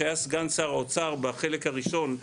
שהיה סגן שר האוצר בחלק הראשון,